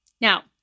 Now